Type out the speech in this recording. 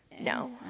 no